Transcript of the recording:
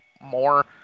more